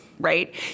right